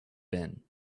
been